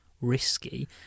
risky